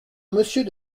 monsieur